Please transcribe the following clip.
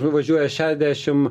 nuvažiuoja šešiasdešimt